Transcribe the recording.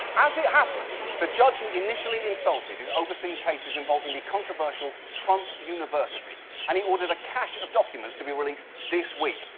as it happens, the judge he initially insulted is overseeing cases involving the controversial trump university. and he ordered a cache of documents to be released this week.